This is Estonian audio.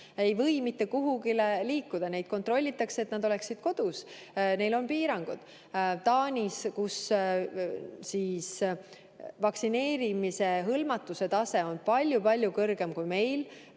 ei või mitte kuhugi liikuda, neid kontrollitakse, et nad oleksid kodus. Neil on piirangud. Taanis, kus vaktsineerimisega hõlmatuse tase on palju-palju kõrgem kui meil,